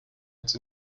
its